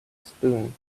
spume